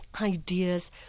ideas